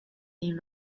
been